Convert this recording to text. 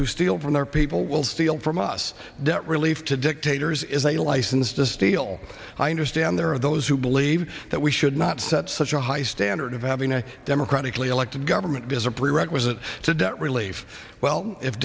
who steal from their people will steal from us debt relief to dictators is a license to steal i understand there are those who believe that we should not set such a high standard of having a democratically elected government is a prerequisite to debt relief well if